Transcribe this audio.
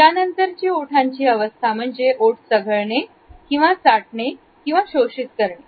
यानंतरची ओठांची अवस्था म्हणजे ओठ चघळणे किंवा शोषित करणे